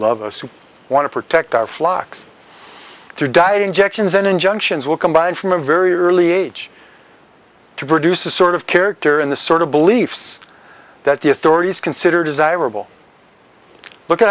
love us who want to protect our flocks through diet injections and injunctions will combine from a very early age to produce a sort of character in the sort of beliefs that the authorities consider desirable look